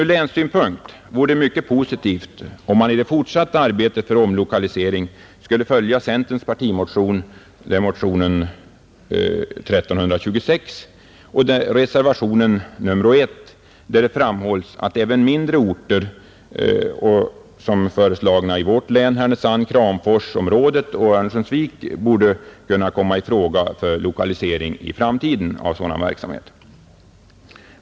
Ur länssynpunkt vore det mycket positivt, om man i det fortsatta arbetet för omlokalisering följde centerns partimotion — motionen 1326 — och reservationen nr 1, där det framhålles att även mindre orter i vårt län såsom Härnösand—Kramfors-området och Örnsköldsvik, borde kunna komma i fråga för lokalisering av sådan verksamhet i framtiden.